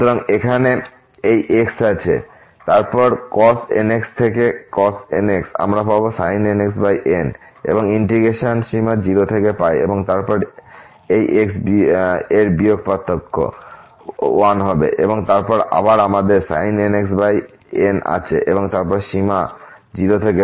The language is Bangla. সুতরাং এখানে এই x আছে এবং তারপর cos nx থেকে cos nx আমরা পাব sin nxn এবং ইন্টিগ্রেশন সীমা 0 থেকে হবে এবং তারপর এই x এর বিয়োগ পার্থক্য 1 হবে এবং তারপর আবার আমাদের sin nxn আছে এবং তারপর সীমা 0 থেকে